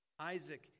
Isaac